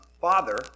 father